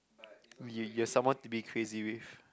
you you have someone to be crazy with